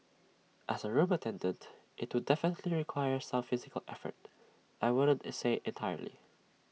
as A room attendant IT took definitely requires some physical effort I wouldn't A say entirely